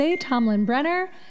Tomlin-Brenner